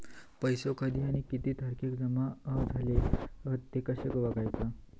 पैसो कधी आणि किती तारखेक जमा झाले हत ते कशे बगायचा?